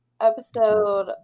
episode